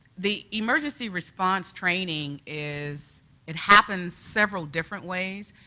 the emergency response training is it happens several different ways.